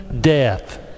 death